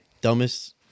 dumbest